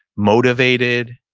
motivated,